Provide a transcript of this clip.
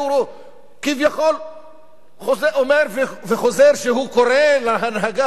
והוא כביכול אומר וחוזר שהוא קורא להנהגה